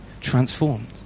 transformed